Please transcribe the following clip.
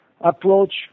approach